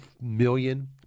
million